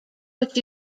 what